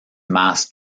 mass